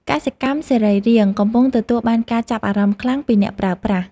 កសិកម្មសរីរាង្គកំពុងទទួលបានការចាប់អារម្មណ៍ខ្លាំងពីអ្នកប្រើប្រាស់។